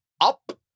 up